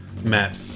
Matt